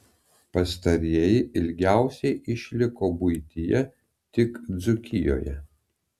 pastarieji ilgiausiai išliko buityje tik dzūkijoje